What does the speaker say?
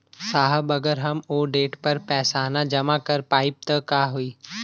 साहब अगर हम ओ देट पर पैसाना जमा कर पाइब त का होइ?